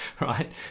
right